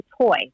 toy